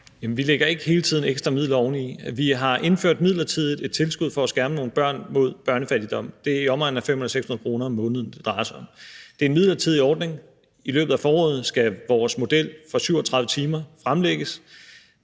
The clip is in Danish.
vi lægger ikke hele tiden ekstra midler oveni. Vi har indført et midlertidig tilskud for at skærme nogle børn mod børnefattigdom. Det er i omegnen af 500-600 kr. om måneden, det drejer sig om. Det er en midlertidig ordning. I løbet af foråret skal vores model for 37 timer fremlægges.